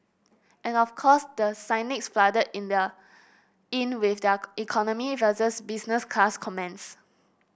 and of course the cynics flooded in the in with their economy versus business class comments